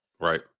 Right